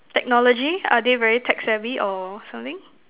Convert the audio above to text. technology are they very tech savvy or something